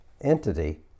entity